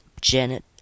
Janet